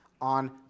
on